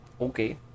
okay